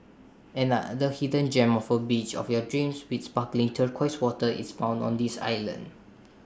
another hidden gem of A beach of your dreams with sparkling turquoise waters is found on this island